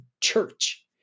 church